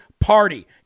party